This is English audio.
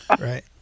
right